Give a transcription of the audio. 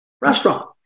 restaurant